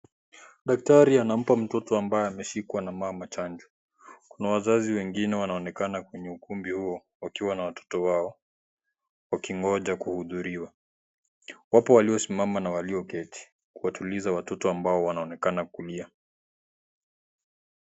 Daktari anampa mtoto ambaye ameshikwa na mama chanjo. Kuna wazazi wengine wanaonekana kwenye ukumbi huo, wakiwa na watoto wao wakingoja kuhudhuriwa. Wapo waliosimama na walioketi kuwatuliza watoto ambao wanaonekana kulia.